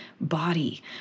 body